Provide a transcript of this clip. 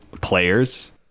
Players